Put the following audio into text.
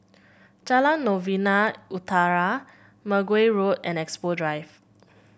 Jalan Novena Utara Mergui Road and Expo Drive